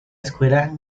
escuela